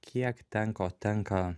kiek ten ko tenka